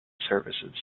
services